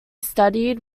studied